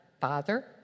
bother